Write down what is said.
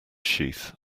sheath